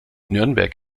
nürnberg